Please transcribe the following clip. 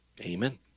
Amen